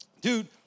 Dude